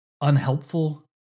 unhelpful